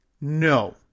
No